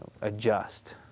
adjust